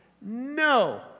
No